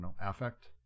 affect